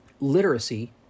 literacy